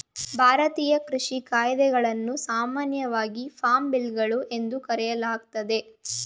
ಭಾರತೀಯ ಕೃಷಿ ಕಾಯಿದೆಗಳನ್ನು ಸಾಮಾನ್ಯವಾಗಿ ಫಾರ್ಮ್ ಬಿಲ್ಗಳು ಎಂದು ಕರೆಯಲಾಗ್ತದೆ